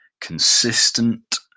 consistent